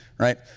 right?